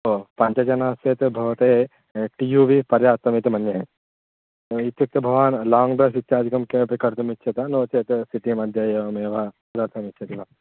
हो पञ्चजनाश्चेत् भवते टि यु वि पर्याप्तमिति मन्ये इत्युक्ते भवान् लोङ्ग् डैव् इत्यादिकं कर्तुमिच्छति वा नो चेत् सिटि मध्ये एवमेव तदर्थमिच्छति वा